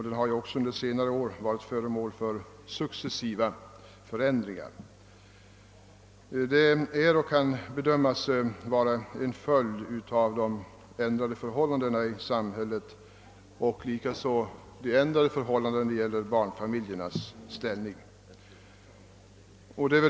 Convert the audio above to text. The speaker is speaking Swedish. Det har under senare år varit föremål för successiva förändringar som en följd av de ändrade förhållandena i samhället och i barnfamiljernas ställning.